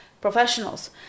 professionals